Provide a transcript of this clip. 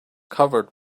covered